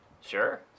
Sure